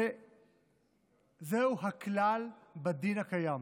וזהו הכלל בדין הקיים.